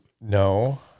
No